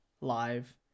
live